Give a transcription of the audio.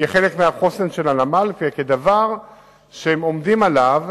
כחלק מהחוסן של הנמל, כדבר שהם עומדים עליו